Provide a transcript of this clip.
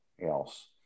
else